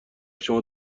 شما